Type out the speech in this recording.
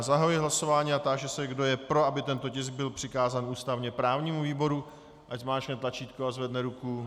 Zahajuji hlasování a táži se, kdo je pro, aby tento tisk byl přikázán ústavněprávnímu výboru, ať zmáčkne tlačítko a zvedne ruku.